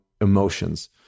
emotions